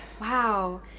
wow